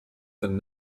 than